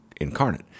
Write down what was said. incarnate